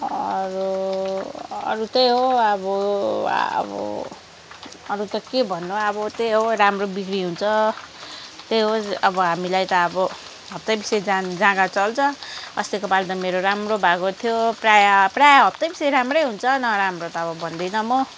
अरू अरू त्यही हो अब अब अरू त के भन्नु अब त्यही हो राम्रो बिक्री हुन्छ त्यही हो अब हामीलाई त अब हप्तैपिछे जानु जाँगार चल्छ अस्तिको पालि त मेरो राम्रो भएको थियो प्रायः प्रायः हप्तैपिछे राम्रै हुन्छ नराम्रो त अब भन्दिनँ म